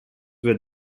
where